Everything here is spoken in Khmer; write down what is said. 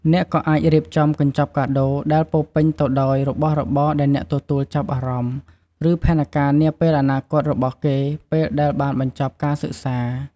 អ្នកក៏អាចរៀបចំកញ្ចប់កាដូ ដែលពោរពេញទៅដោយរបស់របរដែលអ្នកទទួលចាប់អារម្មណ៍ ឬ ផែនការនាពេលអនាគតរបស់គេពេលដែលបានបញ្ចប់ការសិក្សា។